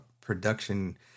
production